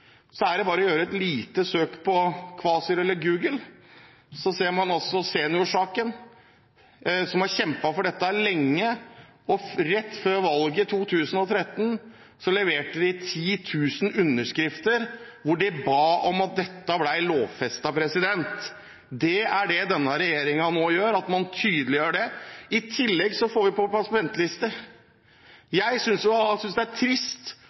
så ser man at Seniorsaken, som har kjempet for dette lenge, rett før valget i 2013 leverte 10 000 underskrifter hvor de ba om at dette ble lovfestet. Det er det denne regjeringen nå gjør, man tydeliggjør det. I tillegg får vi på plass ventelister. Jeg synes det er trist